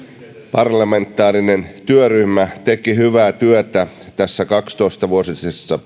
parlamentaarinen työryhmä teki hyvää työtä kaksitoista vuotisessa